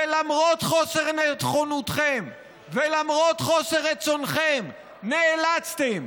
ולמרות חוסר נכונותכם ולמרות חוסר רצונכם נאלצתם